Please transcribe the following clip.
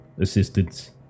Assistance